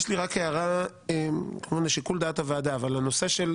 יש לי רק הערה לשיקול דעת הוועדה, אבל הנושא גם